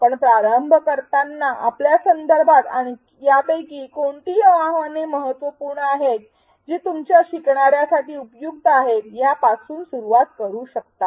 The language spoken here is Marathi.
आपण प्रारंभ करताना आपल्या संदर्भात यापैकी कोणती आव्हाने महत्त्वपूर्ण आहेत जे तुमच्या शिकणार्यासाठी उपयुक्त आहे या पासून सुरुवात करू शकता